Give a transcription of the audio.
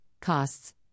costs